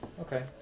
Okay